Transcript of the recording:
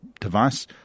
device